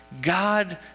God